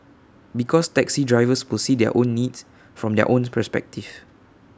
because taxi drivers will see their own needs from their owns perspective